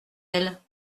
elle